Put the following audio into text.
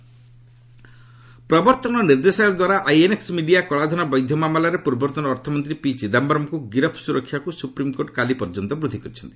revise ଏସ୍ସି ଚିଦାମ୍ଘରମ ପ୍ରବର୍ଭନ ନିର୍ଦ୍ଦେଶାଳୟ ଦ୍ୱାରା ଆଇଏନ୍ଏକ୍ ମିଡିଆ କଳାଧନ ବୈଧ ମାମଲାରେ ପୂର୍ବତନ ଅର୍ଥମନ୍ତ୍ରୀ ପି ଚିଦାୟରମଙ୍କୁ ଗିରଫ ସୁରକ୍ଷାକୁ ସୁପ୍ରିମକୋର୍ଟ କାଲି ପର୍ଯ୍ୟନ୍ତ ବୃଦ୍ଧି କରିଛନ୍ତି